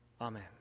Amen